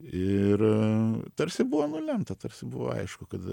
ir tarsi buvo nulemta tarsi buvo aišku kad